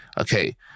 Okay